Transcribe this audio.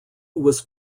was